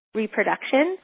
reproduction